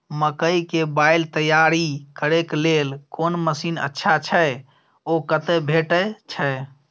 मकई के बाईल तैयारी करे के लेल कोन मसीन अच्छा छै ओ कतय भेटय छै